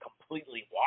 completely